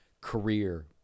career